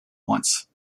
once